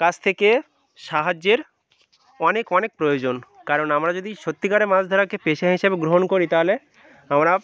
কাছ থেকে সাহায্যের অনেক অনেক প্রয়োজন কারণ আমরা যদি সত্যিকারে মাছ ধরাকে পেশা হিসাবে গ্রহণ করি তাহলে আমরা